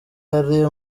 ari